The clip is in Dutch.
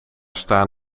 staan